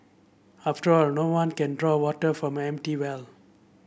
after all no one can draw water from an empty well